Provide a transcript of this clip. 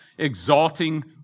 exalting